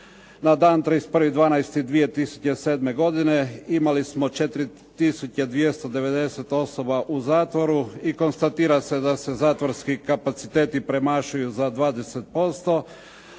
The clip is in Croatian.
na dan 31.12.2007. godine imali smo 4 tisuće 290 osoba u zatvoru i konstatira se da se zatvorski kapaciteti premašuju za 20%,